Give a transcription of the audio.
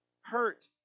hurt